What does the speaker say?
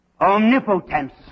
Omnipotence